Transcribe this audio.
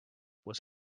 was